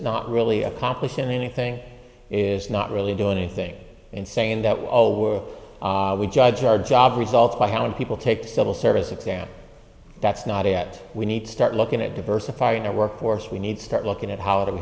not really accomplishing anything is not really doing anything in saying that we all work we judge our job results by how many people take the civil service exam that's not at we need to start looking at diversifying our workforce we need to start looking at how